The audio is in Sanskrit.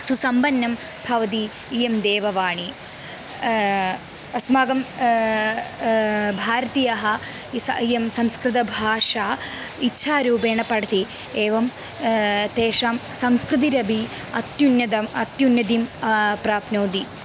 सुसम्पन्नं भवति इयं देववाणी अस्माकं भारतीयाः इस इयं संस्कृतभाषा इच्छारूपेण पठति एवं तेषां संस्कृतिरपि अत्युन्नतिम् अत्युन्नतिं प्राप्नोति